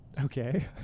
Okay